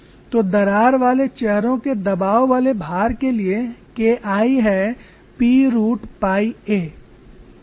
तो दरार वाले चेहरों के दबाव वाले भार के लिए KI है P रूट पाई a